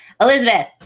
Elizabeth